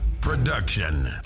production